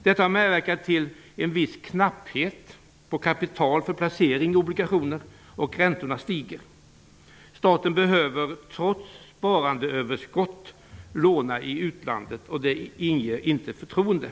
Detta har medverkat till en viss knapphet på kapital för placering i obligationer, och räntorna har stigit. Staten behöver trots sparandeöverskott låna i utlandet, och det inger inte förtroende.